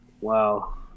Wow